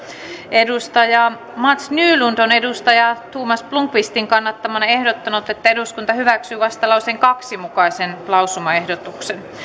mats nylund on thomas blomqvistin kannattamana ehdottanut että eduskunta hyväksyy vastalauseen kahden mukaisen lausumaehdotuksen